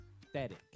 pathetic